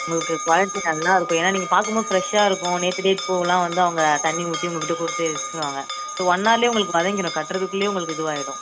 உங்களுக்கு குவாலிட்டி நல்லா இருக்கும் ஏன்னால் நீங்கள் பார்க்கும் போது ஃப்ரெஷ்ஷாக இருக்கும் நேற்று டேட் பூவெல்லாம் வந்து அவங்க தண்ணி ஊற்றி உங்கள்க் கிட்டே கொடுத்து விற்றுருவாங்க ஸோ ஒன் ஹாரிலே உங்களுக்கு வதங்கிடும் கட்டுறதுக்குள்ளே உங்களுக்கு இதுவாகிடும்